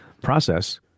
process